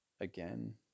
again